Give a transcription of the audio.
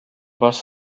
bus